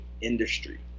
industry